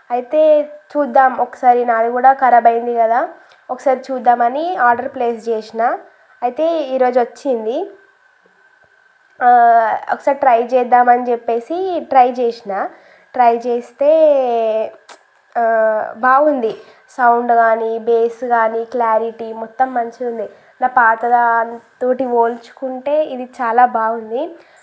అయితే చూద్దాం ఒకసారి నాది కూడా కరాబ్ అయింది కదా ఒకసారి చూద్దామని ఆర్డర్ ప్లేస్ చేసిన అయితే ఈరోజు వచ్చింది ఒకసారి ట్రై చేద్దామని చెప్పేసి ట్రై చేసిన ట్రై చేస్తే బాగుంది సౌండ్ కాని బేస్ కాని క్లారిటీ మొత్తం మంచిగా ఉంది నా పాత దానితోటి పోల్చుకుంటే ఇది చాలా బాగుంది